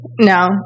No